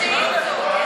יש שאילתות.